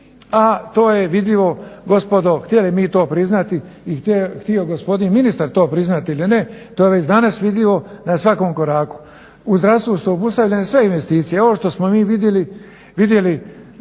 a to je vidljivo gospodo htjeli mi to priznati i htio gospodin ministar to priznat ili ne, to je već danas vidljivo na svakom koraku. U zdravstvu su obustavljene sve investicije, ovo što smo mi vidjeli dva,